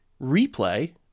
replay